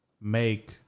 make